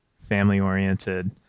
family-oriented